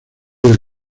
del